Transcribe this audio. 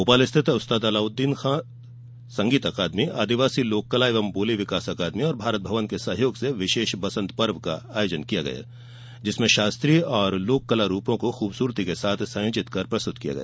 भोपाल स्थित उस्ताद अल्लाउद्दीन खां अकादमी एवं आदिवासी लोक कला एवं बोली विकास अकादमी और भारत भवन के सहयोग से वसंत पर्व का आयोजन किया गया जिसमें शास्त्रीय और लोक कला रूपो को खूबसूरती के साथ संयोजित कर प्रस्तुत किया गया